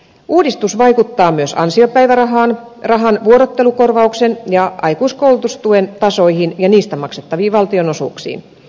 uudistus vaikuttaa myös ansiopäivärahan vuorottelukorvauksen ja aikuiskoulutustuen tasoihin ja niistä maksettaviin valtionosuuksiin